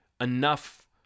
enough